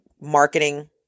marketing